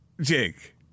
Jake